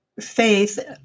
faith